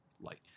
light